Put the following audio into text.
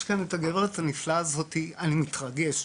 יש כאן את הגברת הנפלאה הזאת, אני מתרגש,